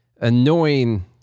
annoying